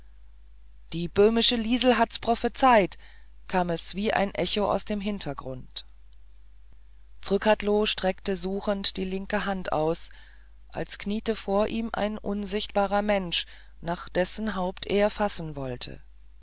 die böhmische liesel hat's prophezeit kam es wie ein echo aus dem hintergrund zrcadlo streckte suchend die linke hand aus als kniete vor ihm ein unsichtbarer mensch nach dessen haupt er fassen wolle